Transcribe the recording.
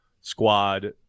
squad